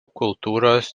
kultūros